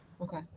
okay